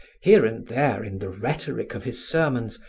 here and there in the rhetoric of his sermons,